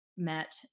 met